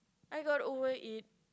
I got over it